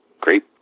great